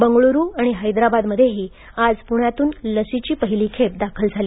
बंगळूरू आणि हैदरबादमध्येही आज पुण्यातून लसीची पहिली खेप दाखल झाली